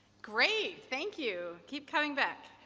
great. thank you. keep coming back.